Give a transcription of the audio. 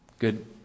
Good